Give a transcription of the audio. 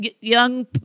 young